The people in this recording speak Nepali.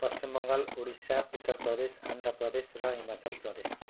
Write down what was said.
पश्चिम बङ्गाल उडिसा उत्तर प्रदेश आन्ध्र प्रदेश र हिमाचल प्रदेश